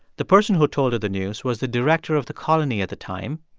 the person who told her the news was the director of the colony at the time.